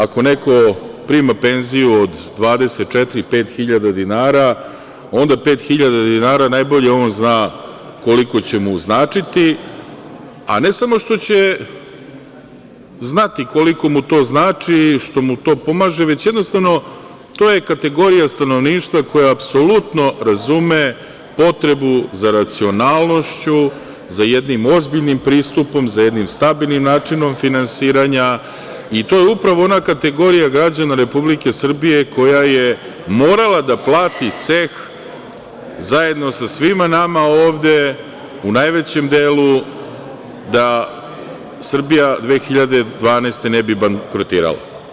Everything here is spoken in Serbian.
Ako neko prima penziju od 24, 25 hiljada dinara, onda pet hiljada dinara najbolje on zna koliko će mu značiti, a ne samo što će znati koliko mu to znači, što mu to pomaže, već jednostavno to je kategorija stanovništva koja apsolutno razume potrebu za racionalnošću, za jednim ozbiljnim pristupom, za jednim stabilnim načinom finansiranja, i to je upravo ona kategorija građana Republike Srbije koja je morala da plati ceh zajedno sa svima nama ovde, u najvećem delu, a Srbija 2012. godine ne bi bankrotirala.